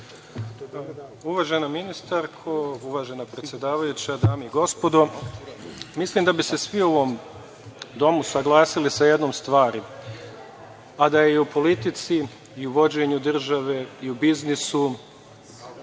Gospođa ministarko, uvažena predsedavajuća, dame i gospodo, mislim da bi se svi u ovom domu saglasili sa jednom stvari, a da je u politici i vođenju države i u biznisu